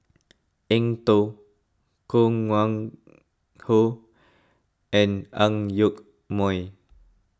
Eng Tow Koh Nguang How and Ang Yoke Mooi